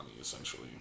essentially